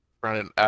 Brandon